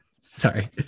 sorry